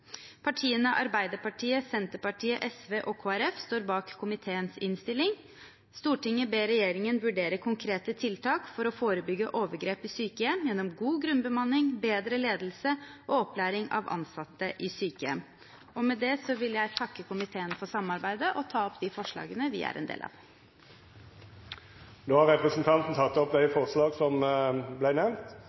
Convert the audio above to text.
Arbeiderpartiet, Senterpartiet, SV og Kristelig Folkeparti står bak komiteens innstilling: «Stortinget ber regjeringen vurdere konkrete tiltak for å forebygge overgrep i sykehjem gjennom god grunnbemanning, bedre ledelse og opplæring av ansatte i sykehjem.» Med det vil jeg takke komiteen for samarbeidet. Det er veldig bra at Sosialistisk Venstreparti setter omsorgssvikt og